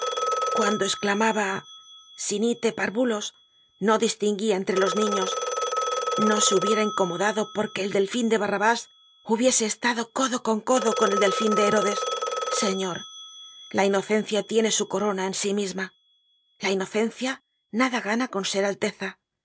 cuando esclamaba sinite párvulos no distinguia entre los niños no se hubiera incomodado porque el delfín de barrabás hubiese estado codo con codo con el delfín de herodes señor la inocencia tiene su corona en sí misma la inocencia nada gana con ser alteza